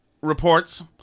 reports